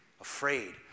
afraid